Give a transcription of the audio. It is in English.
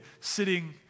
sitting